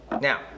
Now